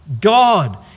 God